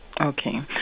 Okay